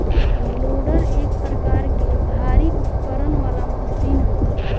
loader एक प्रकार के भारी उपकरण वाला मशीन ह